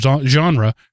genre